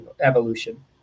evolution